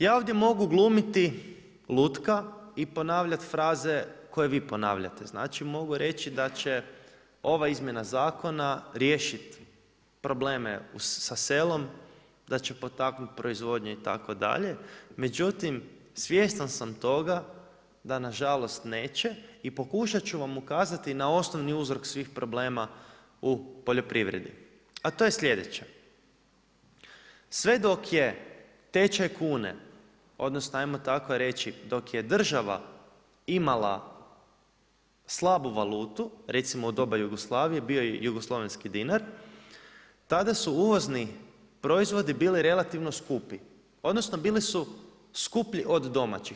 Ja ovdje mogu glumiti lutka i ponavljati fraze koje vi ponavljate, znači mogu reći da će ova izmjena zakona riješiti probleme sa selom, da će potaknuti proizvodnje itd., međutim svjestan sam toga da nažalost neće i pokušat ću vam ukazati na osnovni uzrok svih problema u poljoprivredi, a to je sljedeće, sve dok je tečaj kune odnosno ajmo tako reći, dok je država imala slabu valutu, recimo u doba Jugoslavije bio je jugoslavenski dinar, tada su uvozni proizvodi bili relativno skupi odnosno bili su skuplji od domaćih.